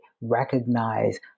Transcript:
recognize